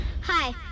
Hi